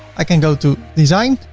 i can go to design.